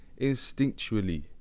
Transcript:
instinctually